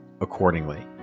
accordingly